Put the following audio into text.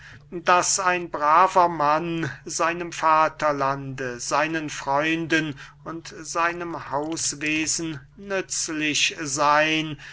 daß ein braver mann seinem vaterlande seinen freunden und seinem hauswesen nützlich seyn